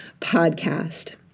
podcast